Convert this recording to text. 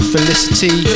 Felicity